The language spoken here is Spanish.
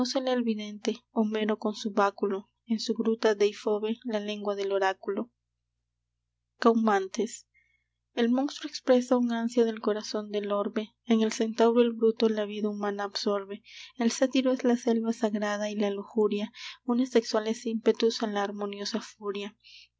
conócela el vidente homero con su báculo en su gruta deifobe la lengua del oráculo caumantes el monstruo expresa un ansia del corazón del orbe en el centauro el bruto la vida humana absorbe el sátiro es la selva sagrada y la lujuria une sexuales ímpetus a la harmoniosa furia pan